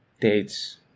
dates